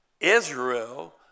Israel